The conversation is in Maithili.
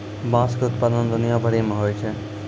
बाँस के उत्पादन दुनिया भरि मे होय छै